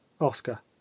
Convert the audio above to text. Oscar